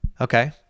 Okay